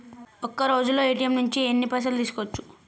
ఒక్కరోజులో ఏ.టి.ఎమ్ నుంచి ఎన్ని పైసలు తీసుకోవచ్చు?